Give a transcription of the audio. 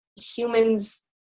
humans